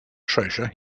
treasure